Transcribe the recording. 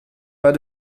pas